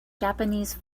japanese